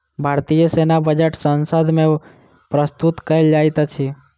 भारतीय सेना बजट संसद मे प्रस्तुत कयल जाइत अछि